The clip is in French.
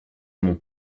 mon